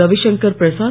Ravishankar Prasad